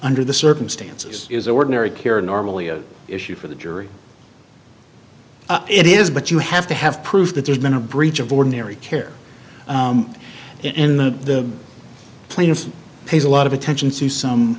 under the circumstances is ordinary care normally an issue for the jury it is but you have to have proof that there's been a breach of ordinary care in the plaintiff pays a lot of attention to some